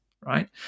right